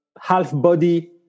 half-body